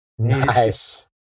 nice